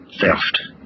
Theft